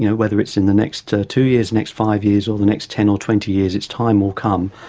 you know whether it's in the next two years, next five years or the next ten or twenty years, its time will come.